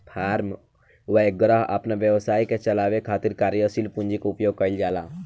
form वैगरह अपना व्यवसाय के चलावे खातिर कार्यशील पूंजी के उपयोग कईल जाला